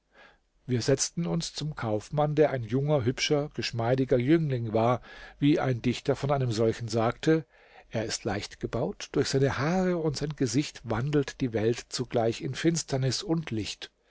wir setzten uns zum kaufmann der ein junger hübscher geschmeidiger jüngling war wie ein dichter von einem solchen sagte er ist leicht gebaut durch seine haare und sein gesicht wandelt die welt zugleich in finsternis und licht